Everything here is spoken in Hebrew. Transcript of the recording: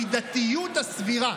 המידתיות הסבירה.